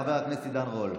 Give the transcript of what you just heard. חבר הכנסת עידן רול.